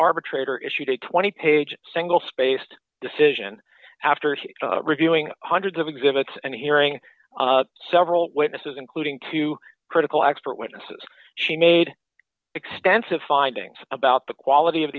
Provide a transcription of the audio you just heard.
arbitrator issued a twenty page single spaced decision after reviewing hundreds of exhibits and hearing several witnesses including two critical expert witnesses she made extensive findings about the quality of